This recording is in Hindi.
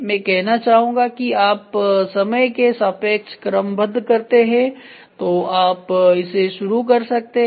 मैं कहना चाहूँगा कि आप समय के सापेक्ष क्रमबद्ध करते हैं तो आप इसे शुरू कर सकते हैं